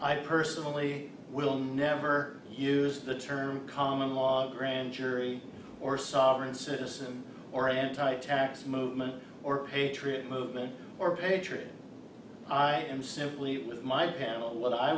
i personally will never use the term common law grand jury or sovereign citizen or anti tax movement or patriot movement or patriot i am simply with my panel what i